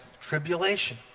tribulation